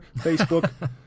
Facebook